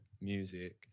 music